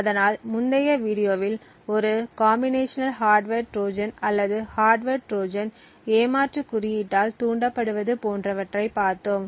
அதனால் முந்தைய வீடியோவில் ஒரு காம்பினேஷனல் ஹார்ட்வர் ட்ரோஜன் அல்லது ஹார்ட்வர் ட்ரோஜன் ஏமாற்று குறியீட்டால் தூண்டப்படுவது போன்றவற்றை பார்த்தோம்